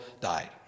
died